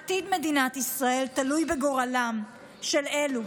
עתיד מדינת ישראל תלוי בגורלם של אלה,